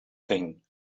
thing